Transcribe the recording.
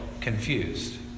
confused